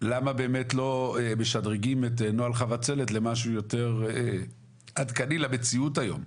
למה באמת לא משדרגים את נוהל חבצלת למשהו יותר עדכני למציאות היום?